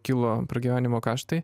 kilo pragyvenimo kaštai